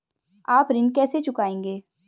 आप ऋण कैसे चुकाएंगे?